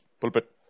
pulpit